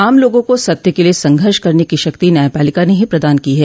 आम लोगों को सत्य के लिए संघर्ष करने की शक्ति न्यायपालिका ने ही प्रदान की है